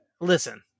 listen